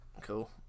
cool